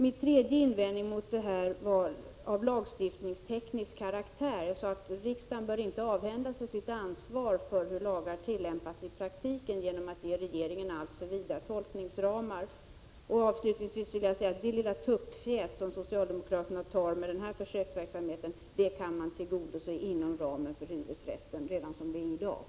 Min tredje invändning mot detta lagförslag var av lagstiftningsteknisk karaktär. Jag sade att riksdagen inte bör avhända sig sitt ansvar för hur lagar tillämpas i praktiken genom att ge regeringen alltför vida tolkningsramar. Avslutningsvis vill jag säga att det lilla tuppfjät i sammanhanget i form av den försöksverksamhet som socialdemokraterna föreslår redan i dag kan tillgodoses inom ramen för hyresrätten.